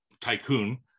tycoon